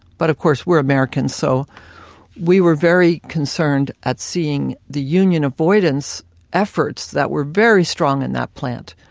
but of course, we're americans. so we were very concerned at seeing the union avoidance efforts that were very strong in that plant.